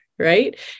right